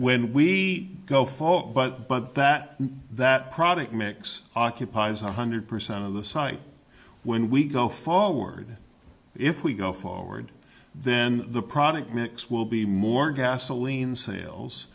when we go for but but that that product mix occupies one hundred percent of the site when we go forward if we go forward then the product mix will be more gasoline sales